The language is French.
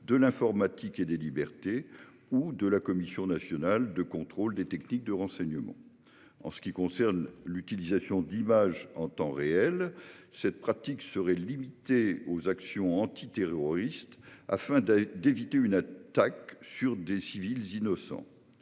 de l'informatique et des libertés ou de la Commission nationale de contrôle des techniques de renseignement. En ce qui concerne l'utilisation d'images en temps réel, cette pratique serait limitée aux actions antiterroristes, afin d'éviter une attaque sur des civils innocents.